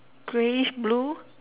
Greyish blue